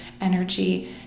energy